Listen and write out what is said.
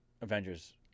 Avengers